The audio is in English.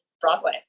Broadway